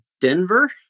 Denver